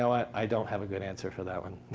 i don't have a good answer for that one.